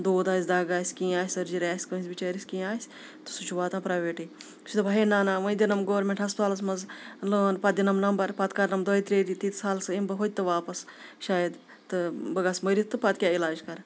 دود آسہِ دگ آسہِ کینٛہہ آسہِ سٔرجری آسہِ کٲنٛسہِ بِچٲرِس کینٛہہ آسہِ تہٕ سُہ چھِ واتان پرٛیویٹٕے سُہ چھِ دَپَان ہے نا نا وَۄنۍ دِنَم گورمینٹ ہَسپتالَس منٛز لٲن پَتہٕ دِنَم نمبر پَتہٕ کَرنَم دۄیہِ ترٛیٚیہِ تِیٖتِس کالَس اِمہٕ بہٕ ہُتہِ واپَس شاید تہٕ بہٕ گژھٕ مٔرِتھ تہٕ پَتہٕ کیاہ علاج کَرٕ